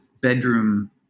bedroom